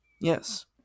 Yes